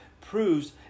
proves